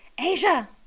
asia